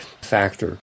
factor